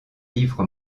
livre